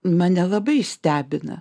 mane labai stebina